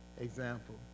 example